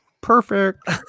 perfect